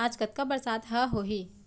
आज कतका बरसात ह होही?